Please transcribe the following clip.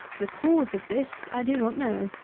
the cause of this i do not know,